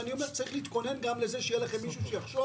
ואני אומר שצריך להתכונן גם לזה שיהיה לכם מישהו שיחשוב